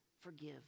forgive